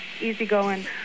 easygoing